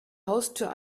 haustür